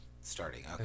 Starting